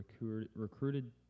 recruited